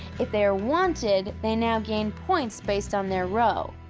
if they are wanted, they now gain points based on their row.